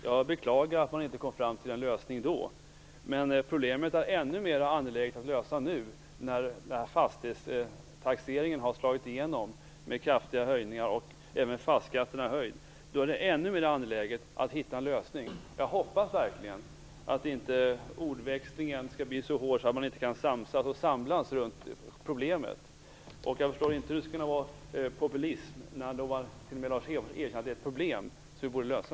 Jag beklagar att man inte kom fram till en lösning då. Men problemet är ännu mer angeläget att lösa nu när fastighetstaxeringen har slagit igenom med kraftiga höjningar. Även fastighetsskatten har ju höjts. Då är det ännu mer angeläget att hitta en lösning. Jag hoppas verkligen att ordväxling inte skall bli så hård att man inte kan samsas och samlas runt problemet. Jag förstår inte hur detta skall kunna vara populism när t.o.m. Lars Hedfors erkänner att det är ett problem som vi borde lösa.